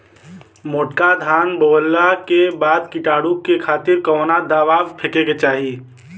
मोटका धान बोवला के बाद कीटाणु के खातिर कवन दावा फेके के चाही?